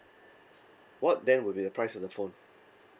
what then would be the price of the phone